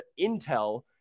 intel